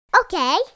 Okay